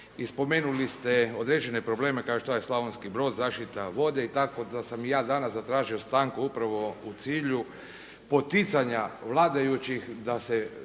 spomenuli ste određene probleme kao što je Slavonski Brod, zaštita vode i tako da sam i ja danas zatražio stanku upravo u cilju poticanja vladajućih da se